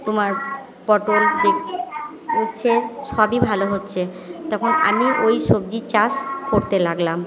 তোমার পটল বেগ উঁচ্ছে সবই ভালো হচ্ছে তখন আমি ওই সবজির চাষ করতে লাগলাম